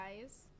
guys